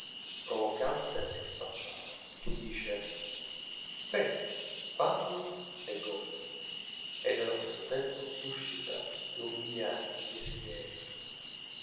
provocante e sfacciato che dice spendi spandi e godi e nello stesso tempo suscita e umilia i desiderii